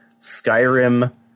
Skyrim